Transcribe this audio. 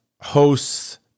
hosts